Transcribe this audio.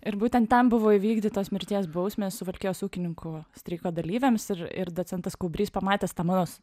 ir būtent ten buvo įvykdytos mirties bausmės suvalkijos ūkininkų streiko dalyviams ir ir docentas kaubrys pamatęs tą mano s